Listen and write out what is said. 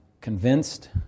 convinced